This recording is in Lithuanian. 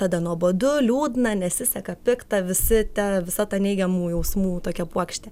tada nuobodu liūdna nesiseka pikta visi ta visa ta neigiamų jausmų tokia puokštė